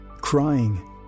crying